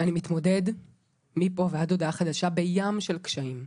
אני מתמודד מפה ועד הודעה חדשה עם ים של קשיים.